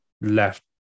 left